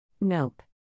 Nope